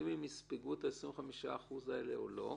האם הם יספגו את 25% האלה או לא?